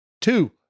Two